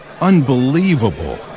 Unbelievable